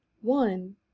One